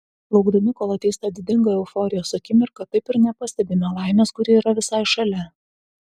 laukdami kol ateis ta didinga euforijos akimirka taip ir nepastebime laimės kuri yra visai šalia